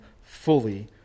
fully